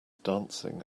dancing